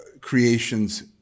creations